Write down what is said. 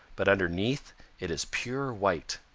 but underneath it is pure white.